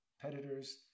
competitors